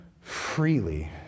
freely